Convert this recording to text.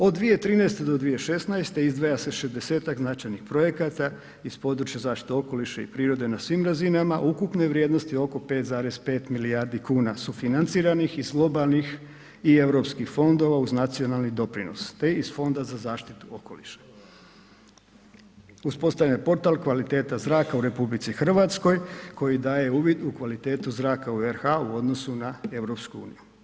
Od 2013. do 2016. izdvaja se 60-tak značajnih projekata iz područja zaštite okoliša i prirode na svim razinama ukupne vrijednosti oko 5,5 milijardi kuna sufinanciranih iz globalnih i Europskih fondova uz nacionalni doprinos, te iz Fonda za zaštitu okoliša, uspostavljen je portal kvaliteta zraka u RH koji daje uvid u kvalitetu zraka u RH u odnosu na EU.